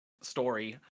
story